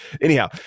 Anyhow